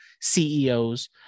CEOs